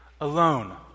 alone